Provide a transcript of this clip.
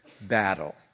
battle